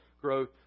growth